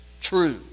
true